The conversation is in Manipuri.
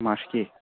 ꯃꯥꯔꯁꯀꯤ